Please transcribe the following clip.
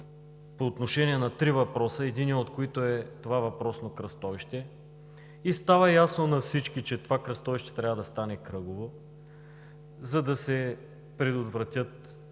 по отношение на три въпроса, единият от които е въпросното кръстовище. И става ясно на всички, че това кръстовище трябва да стане кръгово, за да се предотвратят